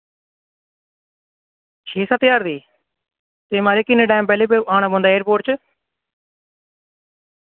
छे सत्त ज्हार दी ते माराज किन्ने टाइम पैह्ले आना पौंदा एयरपोर्ट च